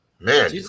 Man